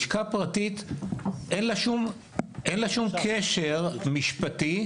לשכה פרטית אין לה שום קשר משפטי,